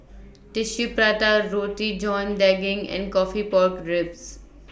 Tissue Prata Roti John Daging and Coffee Pork Ribs